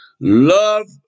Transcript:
love